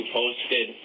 posted